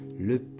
Le